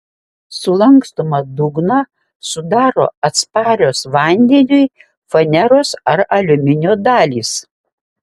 sulankstomą dugną sudaro atsparios vandeniui faneros ar aliuminio dalys